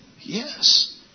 Yes